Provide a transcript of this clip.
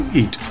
eat